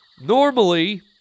normally